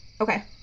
Okay